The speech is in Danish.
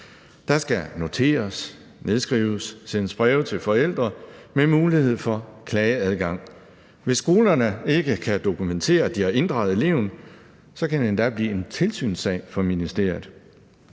Der skal noteres, nedskrives, sendes breve til forældre og være mulighed for klageadgang. Hvis skolerne ikke kan dokumentere, at de har inddraget eleven, kan det endda blive en tilsynssag for ministeriet.